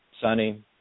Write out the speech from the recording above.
Sunny